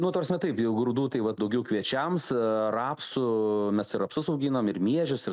nu ta prasme taip jau grūdų tai vat daugiau kviečiams rapsų mes rapsus auginam ir miežius ir